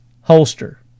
holster